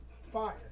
fire